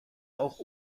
auch